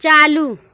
چالو